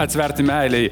atsiverti meilei